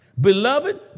Beloved